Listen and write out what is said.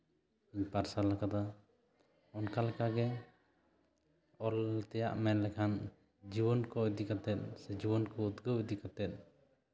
ᱯᱟᱨᱥᱟᱞ ᱟᱠᱟᱫᱟ ᱚᱱᱠᱟ ᱞᱮᱠᱟᱜᱮ ᱚᱞ ᱛᱮᱭᱟᱜ ᱢᱮᱱ ᱞᱮᱠᱷᱟᱱ ᱡᱩᱣᱟᱹᱱ ᱠᱚ ᱤᱫᱤ ᱠᱟᱛᱮᱜ ᱥᱮ ᱡᱩᱣᱟᱹᱱ ᱠᱚ ᱩᱫᱽᱜᱟᱹᱣ ᱤᱫᱤ ᱠᱟᱛᱮᱜ